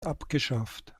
abgeschafft